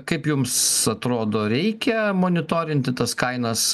kaip jums atrodo reikia monitorinti tas kainas